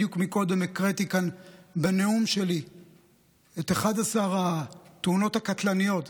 בדיוק הקראתי כאן קודם בנאום שלי את 11 התאונות הקטלניות,